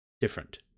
different